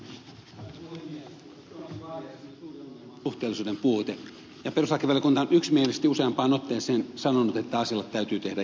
suomen vaalijärjestelmässä suuri ongelma on suhteellisuuden puute ja perustuslakivaliokunta on yksimielisesti useampaan otteeseen sanonut että asialle täytyy tehdä jotakin